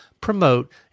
promote